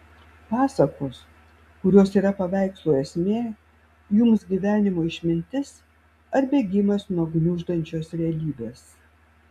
pasakos kurios yra paveikslų esmė jums gyvenimo išmintis ar bėgimas nuo gniuždančios realybės